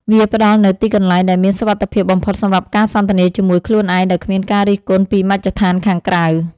វាផ្ដល់នូវទីកន្លែងដែលមានសុវត្ថិភាពបំផុតសម្រាប់ការសន្ទនាជាមួយខ្លួនឯងដោយគ្មានការរិះគន់ពីមជ្ឈដ្ឋានខាងក្រៅ។